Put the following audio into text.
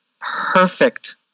perfect